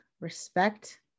respect